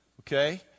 okay